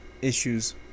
issues